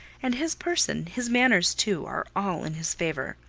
and his person, his manners too, are all in his favour.